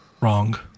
wrong